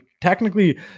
technically